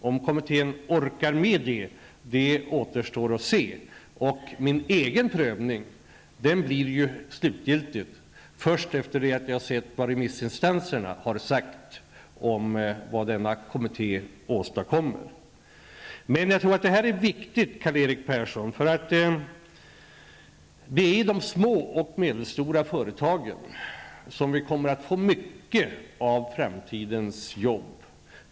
Om kommittén orkar med det återstår att se. Min egen prövning kommer slutgiltigt att ske först när vi har sett vad remissinstanserna har sagt om det som kommittén har åstadkommit. Jag tror dock att det här är viktigt, Karl-Erik Persson. I de små och medelstora företagen kommer många av framtidens jobb att finnas.